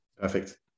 Perfect